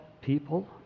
people